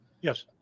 Yes